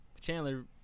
Chandler